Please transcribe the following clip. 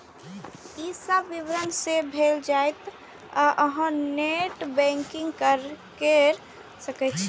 ई सब विवरण सेव भए जायत आ अहां नेट बैंकिंग कैर सकै छी